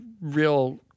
real